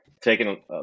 taking